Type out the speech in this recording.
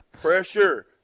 pressure